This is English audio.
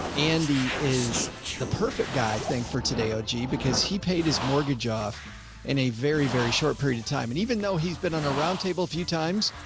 andy is the perfect guy thing for today. oh gee. because he paid his mortgage off in a very, very short period of time, and even though he's been on a round table a few times.